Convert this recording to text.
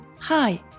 Hi